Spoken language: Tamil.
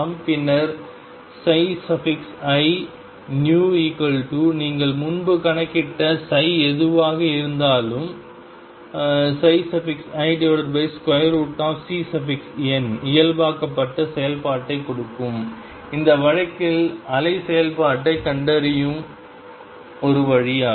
பின்னர் inew நீங்கள் முன்பு கணக்கிட்ட எதுவாக இருந்தாலும் iCN இயல்பாகப் பட்ட செயல்பாட்டை கொடுக்கும் இந்த வழக்கில் அலை செயல்பாட்டைக் கண்டறியும் ஒரு வழியாகும்